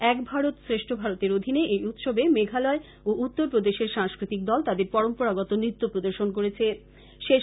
এক ভারত শ্রেষ্ঠ ভারতের অধীনে এই উৎসবে মেঘালয় ও উত্তরপ্রদেশের সাংস্কৃতিক দল তাদের পরম্পরাগত নৃত্য প্রদর্শন করেছে